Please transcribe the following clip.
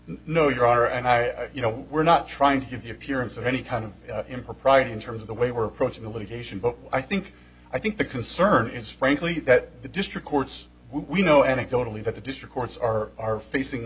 no your honor and i you know we're not trying to give your appearance or any kind of impropriety in terms of the way were approaching the litigation but i think i think the concern is frankly that the district courts we know anecdotally that the district courts are are facing